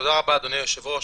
תודה רבה, אדוני היושב-ראש.